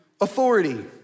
authority